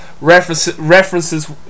references